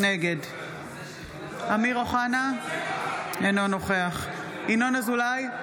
נגד אמיר אוחנה, אינו נוכח ינון אזולאי,